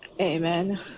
Amen